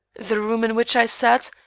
the room in which i sat,